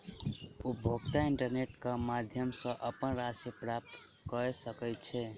उपभोगता इंटरनेट क माध्यम सॅ अपन राशि प्राप्त कय सकै छै